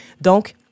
Donc